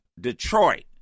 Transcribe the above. Detroit